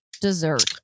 dessert